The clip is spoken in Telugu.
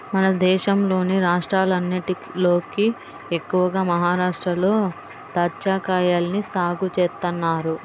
మన దేశంలోని రాష్ట్రాలన్నటిలోకి ఎక్కువగా మహరాష్ట్రలో దాచ్చాకాయల్ని సాగు చేత్తన్నారు